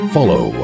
Follow